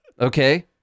Okay